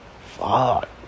Fuck